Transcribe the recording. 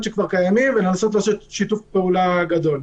שכבר קיימים ולנסות להשיג שיתוף פעולה גדול.